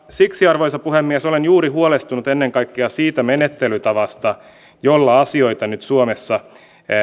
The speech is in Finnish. siksi arvoisa puhemies olen juuri huolestunut ennen kaikkea siitä menettelytavasta jolla asioita nyt suomessa